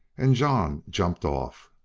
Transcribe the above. and john jumped off.